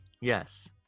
Yes